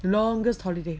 longest holiday